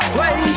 Play